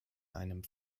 einem